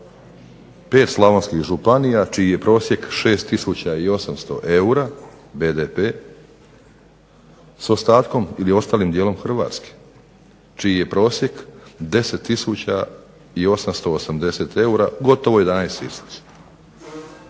5 Slavonskih županija čiji je prosjek 6 tisuća 800 eura BDP s ostatkom ili ostalim dijelom Hrvatske, čiji je prosjek 10 tisuća 880 eura gotovo 11